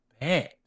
bad